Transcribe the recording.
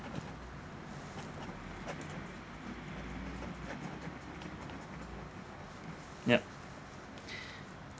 yup